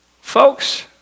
Folks